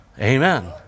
Amen